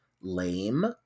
lame